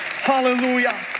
Hallelujah